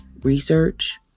research